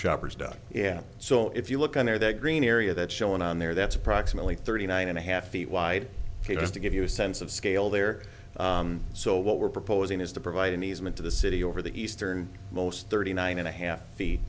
shopper's down yeah so if you look on there that green area that shown on there that's approximately thirty nine and a half feet wide ok just to give you a sense of scale there so what we're proposing is to provide an easement to the city over the eastern most thirty nine and a half feet